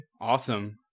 Awesome